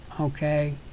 Okay